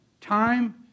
time